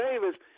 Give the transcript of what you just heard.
Davis